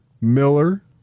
Miller